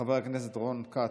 חבר הכנסת רון כץ,